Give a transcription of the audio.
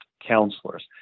counselors